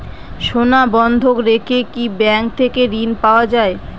সোনা বন্ধক রেখে কি ব্যাংক থেকে ঋণ পাওয়া য়ায়?